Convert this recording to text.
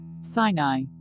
Sinai